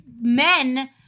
Men